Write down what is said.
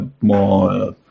More